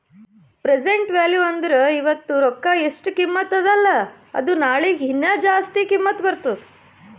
present value ಅಂದುರ್ ಇವತ್ತ ರೊಕ್ಕಾ ಎಸ್ಟ್ ಕಿಮತ್ತ ಅದ ಅಲ್ಲಾ ಅದು ನಾಳಿಗ ಹೀನಾ ಜಾಸ್ತಿ ಕಿಮ್ಮತ್ ಬರ್ತುದ್